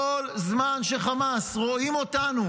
כל זמן שחמאס רואים אותנו